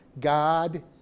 God